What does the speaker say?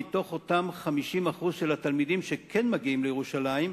מתוך אותם 50% מהתלמידים שכן מגיעים לירושלים,